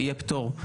יהיה פטור.